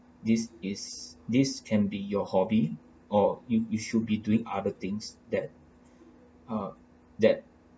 this is this can be your hobby or you you should be doing other things that uh that